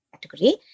category